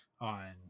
on